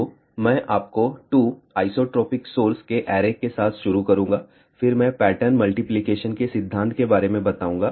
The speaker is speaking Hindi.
तो मैं 2 आइसोट्रोपिक सोर्स के ऐरे के साथ शुरू करूंगा फिर मैं पैटर्न मल्टीप्लिकेशन के सिद्धांत के बारे में बात करूंगा